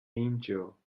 angel